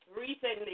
recently